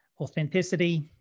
authenticity